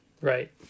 right